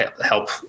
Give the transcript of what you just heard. help